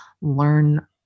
learn